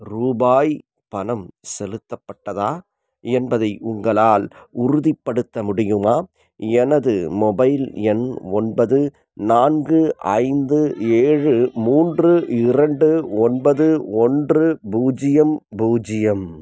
ரூபாய் பணம் செலுத்தப்பட்டதாக என்பதை உங்களால் உறுதிப்படுத்த முடியுமா எனது மொபைல் எண் ஒன்பது நான்கு ஐந்து ஏழு மூன்று இரண்டு ஒன்பது ஒன்று பூஜ்ஜியம் பூஜ்ஜியம்